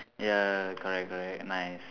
ya correct correct nice